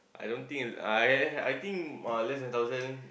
I don't think I I think uh less than thousand